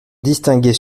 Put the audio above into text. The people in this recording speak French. distinguait